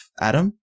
Adam